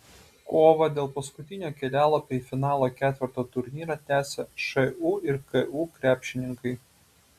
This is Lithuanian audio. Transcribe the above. kovą dėl paskutinio kelialapio į finalo ketverto turnyrą tęsia šu ir ku krepšininkai